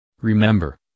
remember